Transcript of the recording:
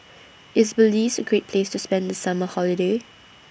IS Belize A Great Place to spend The Summer Holiday